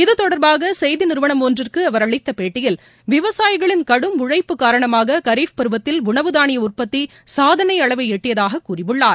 இதுதொடர்பாக செய்தி நிறுவனம் ஒன்றிற்கு அவர் அளித்த பேட்டியில் விவசாயிகளின் கடும்உழைப்பு காரணமாக கரீஃப் பருவத்தில் உணவு தானிய உற்பத்தி சாதனை அளவை எட்டியதாக கூறியுள்ளார்